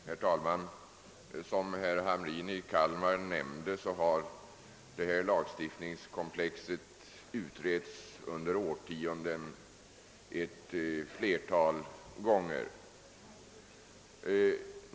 Herr talman! Som herr Hamrin i Kalmar nämnde, har det här lagstiftningskomplexet utretts under årtionden ett flertal gånger.